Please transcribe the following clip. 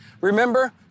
Remember